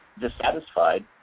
dissatisfied